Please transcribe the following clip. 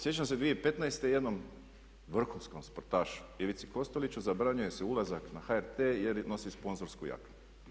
Sjećam se 2015. jednom vrhunskom sportašu Ivici Kosteliću zabranjuje se ulazak na HRT jer nosi sponzorsku jaknu.